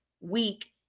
week